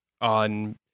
on